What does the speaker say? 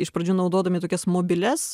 iš pradžių naudodami tokias mobilias